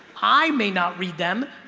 i may not read them,